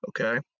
okay